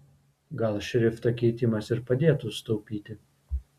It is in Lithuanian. gal šrifto keitimas ir padėtų sutaupyti